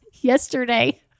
yesterday